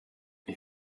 ich